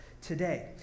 today